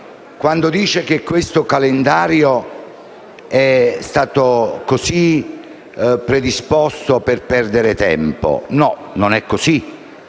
quando dice che questo calendario dei lavori è stato predisposto per perdere tempo. No, non è così.